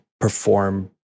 perform